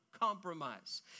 compromise